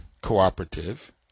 Cooperative